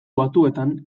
batuetan